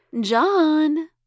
John